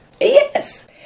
Yes